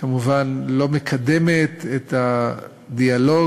כמובן לא מקדמת את הדיאלוג,